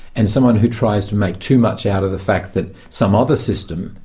and someone who tries to make too much out of the fact that some other system,